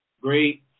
great